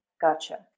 Gotcha